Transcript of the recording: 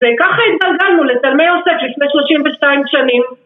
וככה התגלגלנו לתלמי הוסף לפני 32 שנים